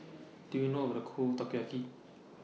Do YOU know How to Cook Takoyaki